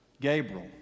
Gabriel